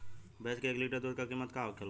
भैंस के एक लीटर दूध का कीमत का होखेला?